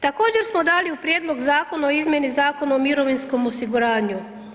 Također smo dali u Prijedlog zakona o izmjeni Zakona o mirovinskom osiguranju.